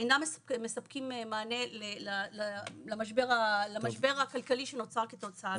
אינם מספקים מענה למשבר הכלכלי שנוצר כתוצאה מזה.